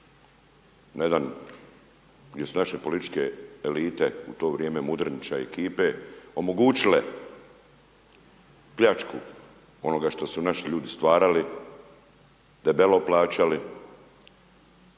na jedan gdje su naše političke elite u to vrijeme Mudrenića i ekipe omogućile pljačku onoga što su naši ljudi stvarali, debelo plaćali,